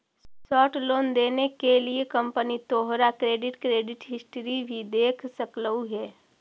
short loan देने के लिए कंपनी तोहार क्रेडिट क्रेडिट हिस्ट्री भी देख सकलउ हे